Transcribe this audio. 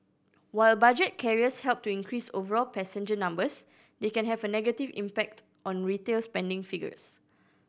while budget carriers help to increase overall passenger numbers they can have a negative impact on retail spending figures